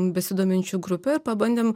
besidominčių grupė ir pabandėm